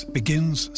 begins